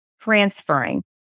transferring